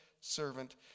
servant